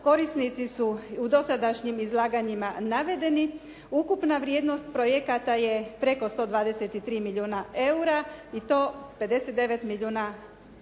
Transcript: Korisnici su u dosadašnjim izlaganjima navedeni, ukupna vrijednost projekata je preko 123 milijuna eura i to 59 milijuna